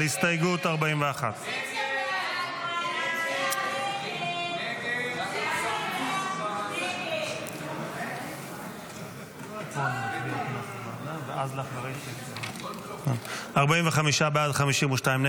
הסתייגות 41. הסתייגות 41 לא נתקבלה.